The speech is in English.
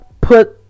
put